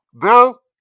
Bill